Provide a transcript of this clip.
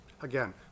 again